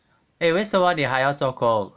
eh 为什么你还要做工